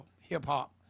hip-hop